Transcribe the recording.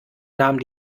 nahm